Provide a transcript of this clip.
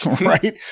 right